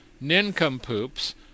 nincompoops